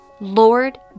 Lord